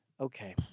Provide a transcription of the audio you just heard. Okay